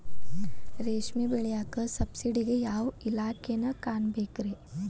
ರೇಷ್ಮಿ ಬೆಳಿಯಾಕ ಸಬ್ಸಿಡಿಗೆ ಯಾವ ಇಲಾಖೆನ ಕಾಣಬೇಕ್ರೇ?